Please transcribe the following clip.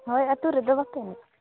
ᱦᱚᱭ ᱟᱹᱛᱩ ᱨᱮᱫᱚ ᱵᱟᱯᱮ ᱮᱱᱮᱡᱼᱟ